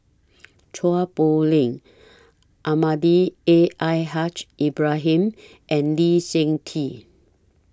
Chua Poh Leng Almahdi A I Haj Ibrahim and Lee Seng Tee